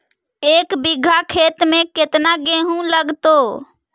एक बिघा खेत में केतना गेहूं लगतै?